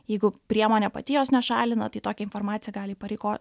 jeigu priemonė pati jos nešalina tai tokią informaciją gali įpareigo